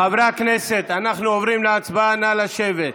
חברי הכנסת, אנחנו עוברים להצבעה, נא לשבת.